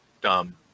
dumb